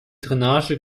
drainage